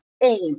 aim